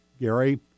Gary